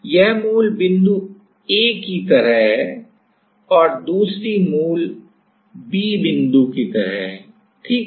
यह मूल बिंदु A ही तरह है और दूसरी मूल बी बिंदु की तरह है ठीक है